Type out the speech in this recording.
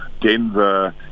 Denver